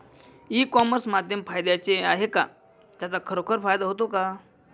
E commerce माध्यम फायद्याचे आहे का? त्याचा खरोखर फायदा होतो का?